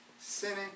sinning